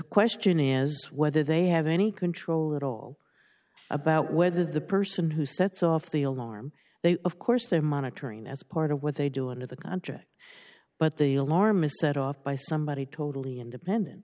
question is whether they have any control at all about whether the person who sets off the alarm they of course they're monitoring as part of what they do under the contract but the alarm is set off by somebody totally independent